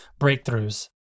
breakthroughs